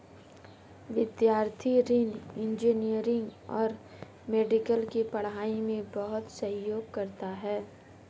विद्यार्थी ऋण इंजीनियरिंग और मेडिकल की पढ़ाई में बहुत सहयोग करता है